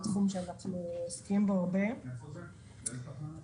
בטח כמי שתפקידו להביא את המידע הציבורי